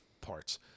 parts